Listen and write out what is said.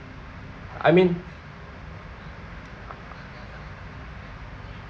I mean